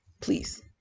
Please